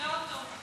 נראה אותו.